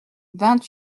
vingt